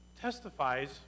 Testifies